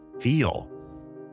feel